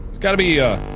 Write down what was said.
gotta be ah